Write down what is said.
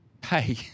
pay